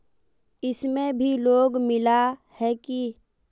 इसमें भी लोन मिला है की